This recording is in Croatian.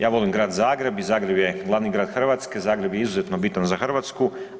Ja volim grad Zagreb i Zagreb je glavni grad Hrvatske, Zagreb je izuzetno bitan za Hrvatsku.